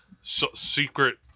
secret